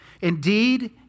Indeed